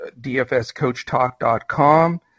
dfscoachtalk.com